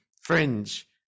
fringe